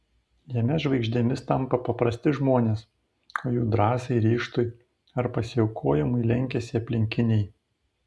jame žvaigždėmis tampa paprasti žmonės o jų drąsai ryžtui ar pasiaukojimui lenkiasi aplinkiniai